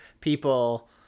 people